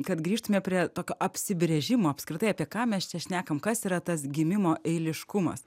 kad grįžtume prie tokio apsibrėžimo apskritai apie ką mes čia šnekam kas yra tas gimimo eiliškumas